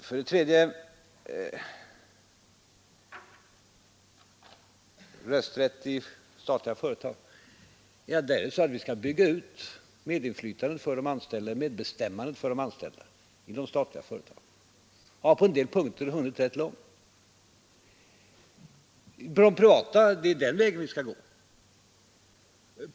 För det fjärde: När det gäller rösträtten i statliga företag skall vi bygga ut medbestämmandet för de anställda i de företagen och har på en del områden hunnit rätt långt med den saken. Det är den vägen vi skall gå.